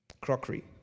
Crockery